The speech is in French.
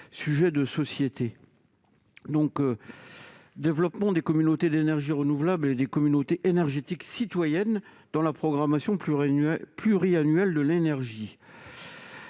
le développement des communautés d'énergie renouvelable et des communautés énergétiques citoyennes dans la programmation pluriannuelle de l'énergie.